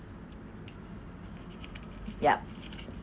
yup